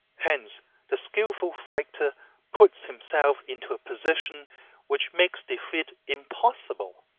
hence the skillful fighter puts himself into a position which makes defeat impossible,